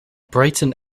brighton